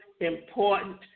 important